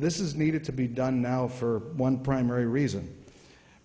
this is needed to be done now for one primary reason